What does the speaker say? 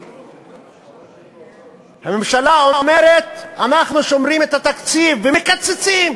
הממשלה אומרת: אנחנו שומרים את התקציב ומקצצים.